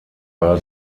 war